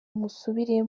musubire